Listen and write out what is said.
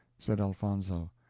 said elfonzo.